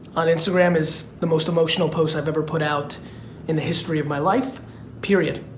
and instagram is the most emotional post i've ever put out in the history of my life period.